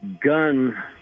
gun